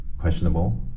questionable